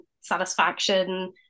satisfaction